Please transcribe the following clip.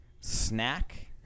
snack